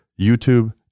YouTube